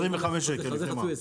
25 ₪.